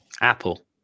Apple